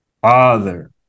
father